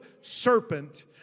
serpent